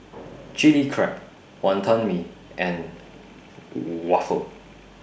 Chili Crab Wantan Mee and Waffle